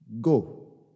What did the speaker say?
go